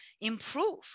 improve